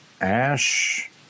Ash